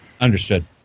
Understood